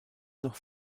noch